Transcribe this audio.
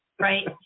right